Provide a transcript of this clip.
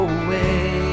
away